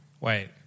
Wait